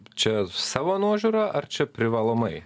čia savo nuožiūra ar čia privalomai